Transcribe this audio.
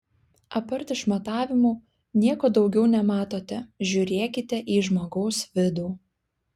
apart išmatavimų nieko daugiau nematote žiūrėkite į žmogaus vidų